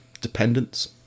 dependence